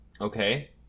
Okay